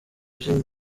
jimmy